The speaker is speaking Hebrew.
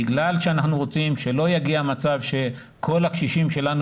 בגלל שאנחנו רוצים שלא יהיה מצב שכל הקשישים שלנו